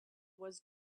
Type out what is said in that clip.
was